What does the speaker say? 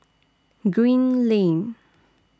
Green Lane